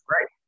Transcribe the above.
right